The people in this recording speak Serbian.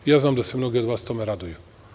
Ja znam da se mnogi od vas tome raduju.